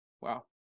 Wow